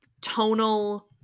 tonal